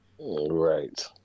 Right